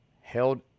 held